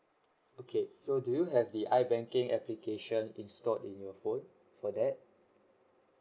okay so do you have the I banking application installed in your phone for that